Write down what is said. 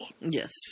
Yes